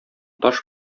таш